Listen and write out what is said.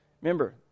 remember